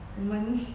我们